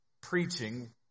preaching